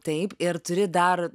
taip ir turi dar